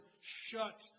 shut